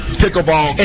pickleball